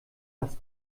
was